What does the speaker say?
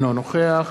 אינו נוכח